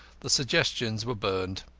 the suggestions were burnt,